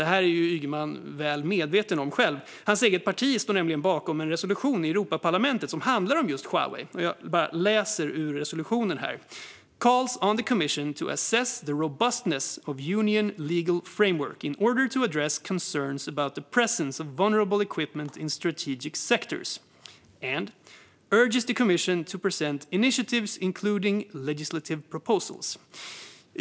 Detta är Ygeman själv väl medveten om. Hans eget parti står nämligen bakom en ny resolution i Europaparlamentet som handlar om just Huawei. Jag läser ur resolutionen här: "Calls on the Commission to assess the robustness of the Union's legal framework in order to address concerns about the presence of vulnerable equipment in strategic sectors, urges the Commission to present initiatives, including legislative proposals."